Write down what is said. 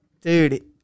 Dude